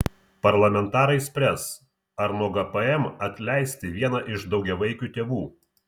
parlamentarai spręs ar nuo gpm atleisti vieną iš daugiavaikių tėvų